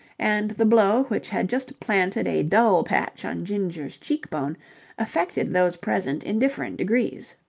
and the blow which had just planted a dull patch on ginger's cheekbone affected those present in different degrees.